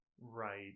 Right